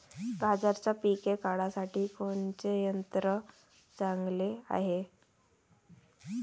गांजराचं पिके काढासाठी कोनचे यंत्र चांगले हाय?